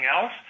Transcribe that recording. else